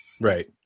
Right